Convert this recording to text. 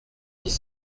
dix